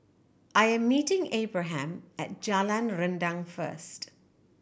I am meeting Abraham at Jalan Rendang first